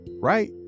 right